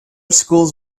school’s